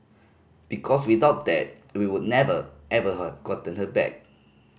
because without that we would never ever have gotten her back